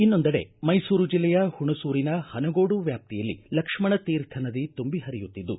ಇನ್ನೊಂದೆಡೆ ಮೈಸೂರು ಜಿಲ್ಲೆಯ ಹುಣಸೂರಿನ ಹನಗೂಡು ವ್ಯಾಪ್ತಿಯಲ್ಲಿ ಲಕ್ಷ್ಮಣ ತೀರ್ಥ ನದಿ ತುಂಬಿ ಹರಿಯುತ್ತಿದ್ದು